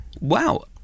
Wow